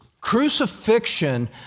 crucifixion